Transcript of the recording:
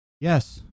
Yes